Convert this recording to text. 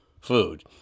food